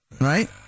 Right